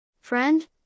Friend